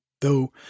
though